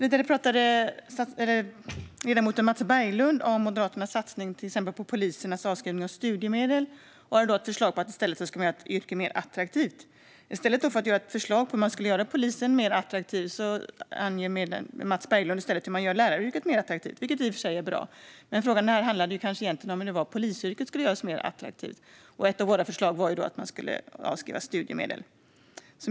Vidare talade ledamoten Mats Berglund om Moderaternas satsning på till exempel polisernas avskrivning av studiemedel och har i stället ett förslag om att man ska göra yrket mer attraktivt. I stället för att ge förslag på hur man kan göra polisyrket attraktivt anger Mats Berglund hur man gör läraryrket mer attraktivt, vilket i och för sig är bra. Men frågan här handlade egentligen om hur polisyrket ska göras mer attraktivt, och ett av våra förslag är att man ska avskriva studiemedel.